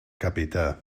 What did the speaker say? capità